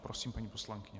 Prosím, paní poslankyně.